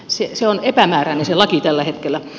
se on epämääräinen se laki tällä hetkellä